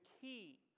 key